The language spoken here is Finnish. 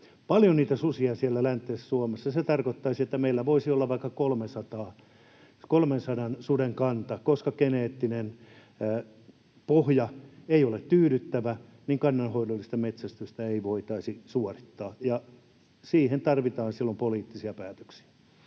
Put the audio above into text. paljon niitä susia siellä läntisessä Suomessa, se tarkoittaisi, että meillä voisi olla vaikka 300:n suden kanta. Koska geneettinen pohja ei ole tyydyttävä, niin kannanhoidollista metsästystä ei voitaisi suorittaa, ja siihen tarvitaan silloin poliittisia päätöksiä.